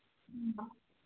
ꯎꯝ